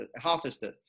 harvested